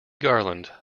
garland